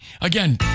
again